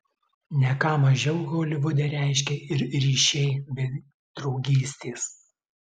ne ką mažiau holivude reiškia ir ryšiai bei draugystės